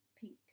pink